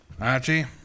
Archie